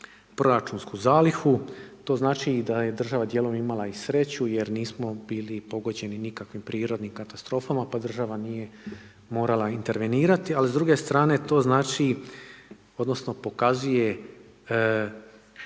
proračunsku zalihu, to znači da je država djelom imala i sreću jer nismo bili pogođeni nikakvim prirodnim katastrofama pa država nije morala intervenirati a s druge strane to znači odnosno pokazuje